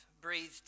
breathed